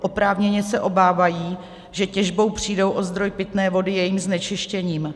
Oprávněně se obávají, že těžbou přijdou o zdroj pitné vody jejím znečištěním.